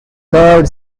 curved